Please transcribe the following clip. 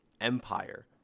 empire